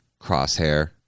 Crosshair